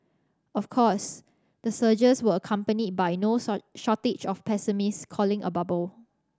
of course the surges were accompanied by no shortage of pessimists calling a bubble